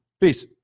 Peace